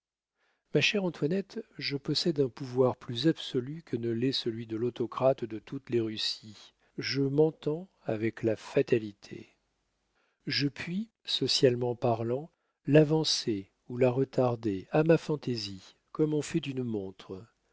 ma chère antoinette je possède un pouvoir plus absolu que ne l'est celui de l'autocrate de toutes les russies je m'entends avec la fatalité je puis socialement parlant l'avancer ou la retarder à ma fantaisie comme on fait d'une montre